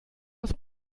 aus